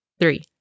three